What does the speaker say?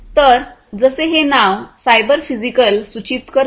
तर जसे हे नाव सायबर फिजिकल सूचित करते